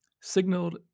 signaled